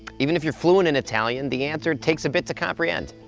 even if you're fluent in italian the answer takes a bit to comprehend.